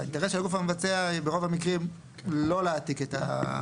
האינטרס של הגוף המבצע הוא ברוב המקרים לא להעתיק את התשתית,